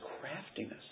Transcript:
craftiness